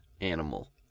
animal